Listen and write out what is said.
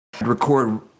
record